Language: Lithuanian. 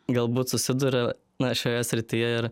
galbūt susiduria na šioje srityje ir